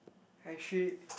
actually